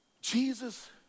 Jesus